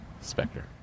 Spectre